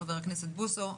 חבר הכנסת בוסו,